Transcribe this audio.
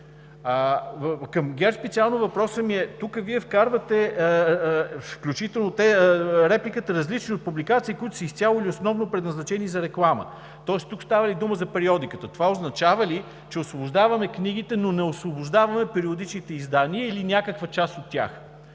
Към ГЕРБ специално въпросът ми е: тук Вие вкарвате, включително репликата – различни от публикации, които са изцяло или основно предназначени за реклама. Тоест тук става ли дума за периодиката? Това означава ли, че освобождаваме книгите, но не освобождаваме периодичните издания или някаква част от тях?